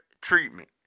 treatment